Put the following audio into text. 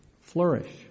flourish